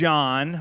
John